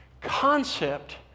concept